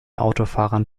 autofahrern